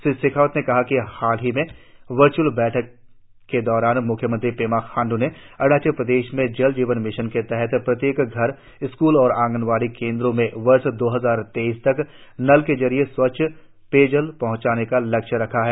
श्री शेखावत ने कहा कि हाल ही में वर्चवल बैठक के दौरान मुख्यमंत्री पेमा खांड्र ने प्रदेश में जल जीवन मिशन के तहत प्रत्येक घर स्कूल और आंगनवाड़ी केंद्रो में वर्ष दो हजार तेइस तक नल के जरिए स्वच्छ पेयजल पहचाने का लक्ष्य रखा है